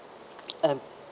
a